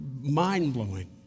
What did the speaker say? mind-blowing